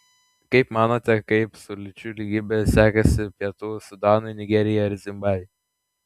kaip manote kaip su lyčių lygybe sekasi pietų sudanui nigerijai ar zimbabvei